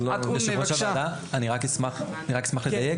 זה לא --- אשמח לדייק